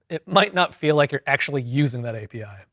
it might not feel like you're actually using that api.